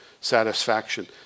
satisfaction